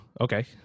okay